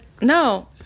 no